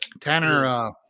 Tanner